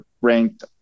ranked